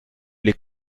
les